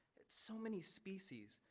it's so many species,